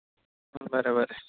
बरें बरें